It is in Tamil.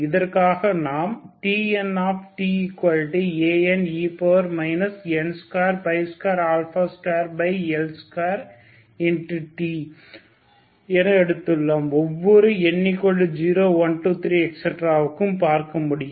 இதற்காக நாம் TntAne n222L2t ஒவ்வொரு n0123 க்கும் பார்க்க முடியும்